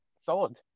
Solid